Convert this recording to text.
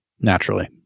Naturally